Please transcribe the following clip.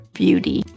beauty